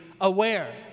aware